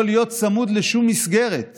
לא להיות צמוד לשום מסגרת